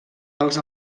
dels